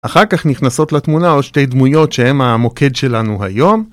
‫אחר כך נכנסות לתמונה עוד שתי דמויות ‫שהם המוקד שלנו היום.